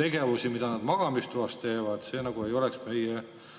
tegevusi, mida nad magamistoas teevad. See nagu ei ole meie